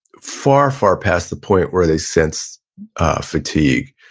far, far past the point where they sense fatigue,